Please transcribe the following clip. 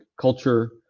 culture